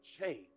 change